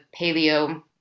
paleo